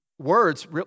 Words